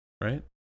Right